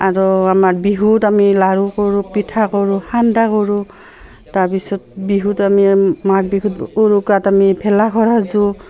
আৰু আমাৰ বিহুত আমি লাৰু কৰোঁ পিঠা কৰোঁ সান্দা কৰোঁ তাৰপিছত বিহুত আমি মাঘ বিহুত উৰুকাত আমি ভেলাঘৰ সাজোঁ